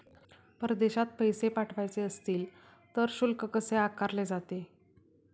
परदेशात पैसे पाठवायचे असतील तर शुल्क कसे आकारले जाते?